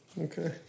Okay